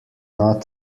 not